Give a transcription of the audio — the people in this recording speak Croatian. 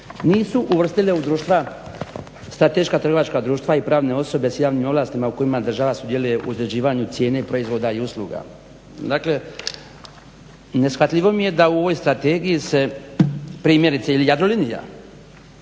nisu uvrstile u društva strateška trgovačka društva i pravne osobe s javnim ovlastima u kojima država sudjeluje u određivanju cijene proizvoda i usluga. Dakle, neshvatljivo mi je da u ovoj strategiji se primjerice ili Jadrolinija